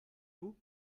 vous